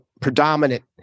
predominant